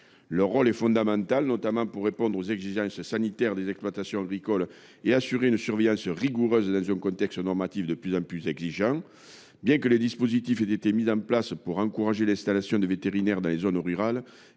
vétérinaires est fondamental, notamment pour répondre aux exigences sanitaires des exploitations agricoles ainsi que pour assurer une surveillance rigoureuse dans un contexte normatif de plus en plus exigeant. Des dispositifs ont été mis en place pour encourager l’installation de vétérinaires dans les zones rurales,